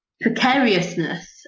precariousness